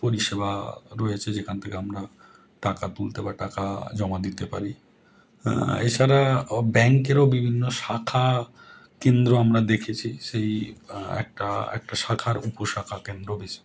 পরিষেবা রয়েছে যেখান থেকে আমরা টাকা তুলতে বা টাকা জমা দিতে পারি এছাড়া ব্যাঙ্কেরও বিভিন্ন শাখা কেন্দ্র আমরা দেখেছি সেই একটা একটা শাখার উপশাখা কেন্দ্র